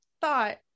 thought